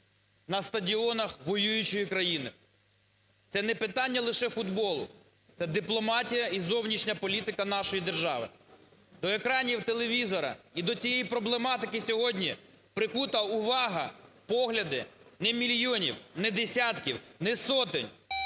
на стадіонах воюючої країни. Це не питання лише футболу – це дипломатія і зовнішня політика нашої держави. До екранів телевізора і до цієї проблематики сьогодні прикута увага, погляди не мільйонів, не десятків, не сотень,